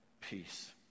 peace